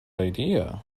idea